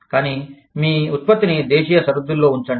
కానీ మీ ఉత్పత్తిని దేశీయ సరిహద్దుల్లో ఉంచండి